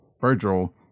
Virgil